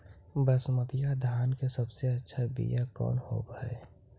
बसमतिया धान के सबसे अच्छा बीया कौन हौब हैं?